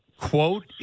quote